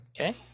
Okay